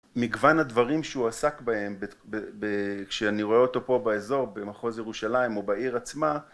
מגוון הדברים שהוא עסק בהם, כשאני רואה אותו פה באזור, במחוז ירושלים, או בעיר עצמה.